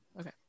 Okay